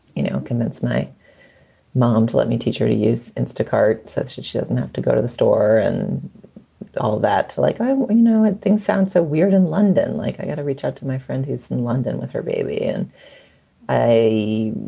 you know, convince my mom to let me teacher to use instacart such that she doesn't have to go to the store and all that like, you know, and things sound so weird in london. like, i got to reach out to my friend who is in london with her baby in a.